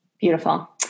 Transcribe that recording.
Beautiful